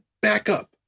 backup